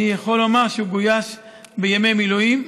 אני יכול לומר שהוא גויס לימי מילואים,